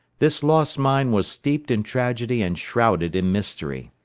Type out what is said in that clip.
this lost mine was steeped in tragedy and shrouded in mystery.